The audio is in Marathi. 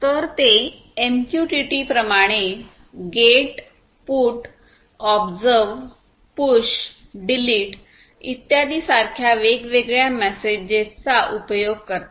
तर ते एमक्यूटीटी प्रमाणे get put observe push delete इत्यादी सारख्या वेगवेगळ्या मेसेजेसचा उपयोग करते